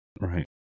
right